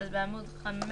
בעמוד 5